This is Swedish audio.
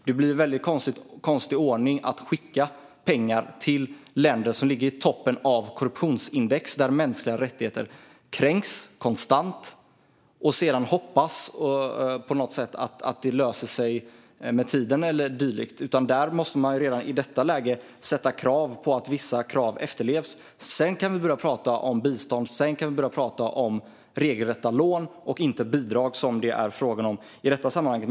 Det blir en väldigt konstig ordning att skicka pengar till länder som ligger i toppen av korruptionsindex och där mänskliga rättigheter kränks konstant och sedan hoppas att det på något sätt löser sig med tiden eller dylikt. Man måste redan i detta läge ställa vissa krav och se till att de efterlevs. Sedan kan vi börja prata om bistånd och om regelrätta lån, inte bidrag, som det är fråga om i detta sammanhang.